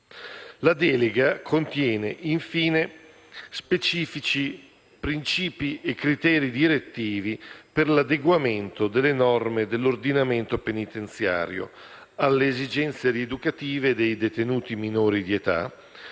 La delega contiene infine specifici principi e criteri direttivi per l'adeguamento delle norme dell'ordinamento penitenziario alle esigenze rieducative dei detenuti minori di età,